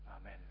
Amen